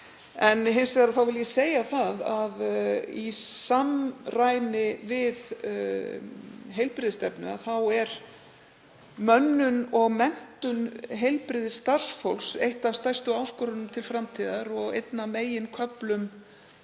Hins vegar vil ég segja að í samræmi við heilbrigðisstefnu er mönnun og menntun heilbrigðisstarfsfólks ein af stærstu áskorununum til framtíðar og einn af meginköflum